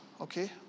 okay